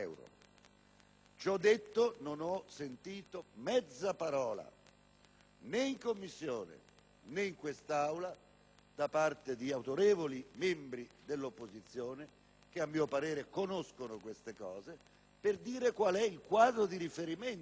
Ciò detto, non ho sentito mezza parola, né in Commissione né in quest'Aula, da parte di autorevoli membri dell'opposizione - che, a mio parere, conoscono queste cose - per illustrare il quadro di riferimento